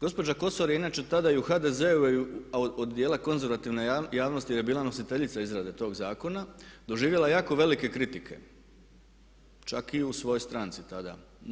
Gospođa Kosor je inače tada i u HDZ-u a i od djela konzervativne javnosti je bila nositeljica izrade tog zakona doživjela je jako velike kritike, čak i u svojoj stranci tada.